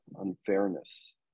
unfairness